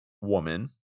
woman